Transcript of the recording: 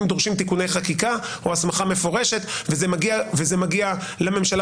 דורשים תיקוני חקיקה או הסמכה מפורשת וזה מגיע לממשלה